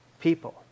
people